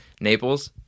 Naples